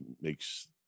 makes